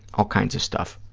all kinds of stuff.